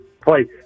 Place